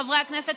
חברי הכנסת,